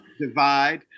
divide